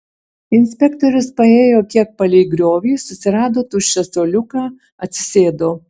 inspektorius paėjo kiek palei griovį susirado tuščią suoliuką atsisėdo